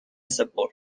سپرد